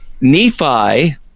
Nephi